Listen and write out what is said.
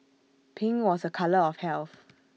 pink was A colour of health